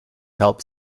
helped